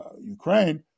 Ukraine